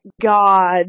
god